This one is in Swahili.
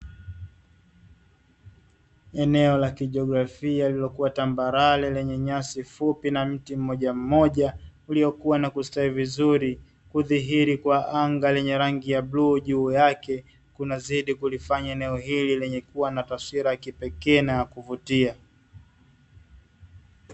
Eneo la kijiografia lililokuwa tambarare lenye nyasi fupi, na mti mmojammoja uliokuwa na kustawi vizuri. Kudhihiri kwa anga lenye rangi ya bluu juu yake, kunazidi kulifanya eneo hili kuwa na taswira ya kipekee na kuvutia.